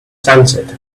sunset